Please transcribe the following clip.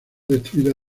destruida